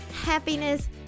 happiness